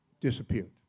disappeared